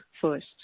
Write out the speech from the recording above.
first